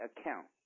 account